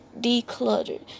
decluttered